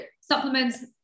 supplements